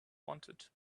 wanted